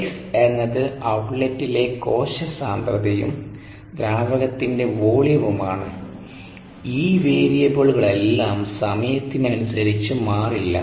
x എന്നത് ഔട്ട്ലെറ്റിലെ കോശ സാന്ദ്രതയും ദ്രാവകത്തിന്റെ വോളിയവുമാണ് ഈ വേരിയബിളുകളെല്ലാം സമയത്തിനനുസരിച്ച് മാറില്ല